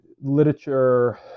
literature